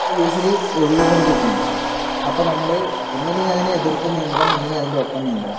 usually ഒഴുകിക്കൊണ്ടിരിക്കുകയാണ് അപ്പോൾ നമ്മൾ ഒന്നുമില്ലെങ്കിൽ അതിനെ എതിർത്തു നീന്തണം അല്ലെങ്കിൽ അതിൻ്റെ ഒപ്പം നീന്തണം